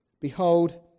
behold